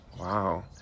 Wow